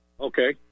Okay